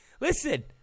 listen